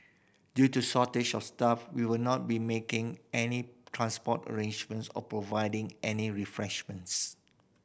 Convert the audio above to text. due to shortage of staff we will not be making any transport arrangements or providing any refreshments